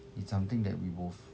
it's something that we both